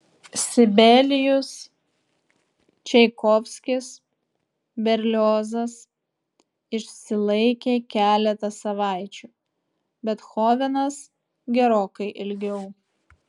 sibelijus čaikovskis berliozas išsilaikė keletą savaičių bethovenas gerokai ilgiau